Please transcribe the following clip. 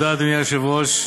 אדוני היושב-ראש,